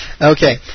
Okay